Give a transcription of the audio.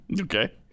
okay